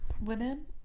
Women